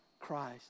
Christ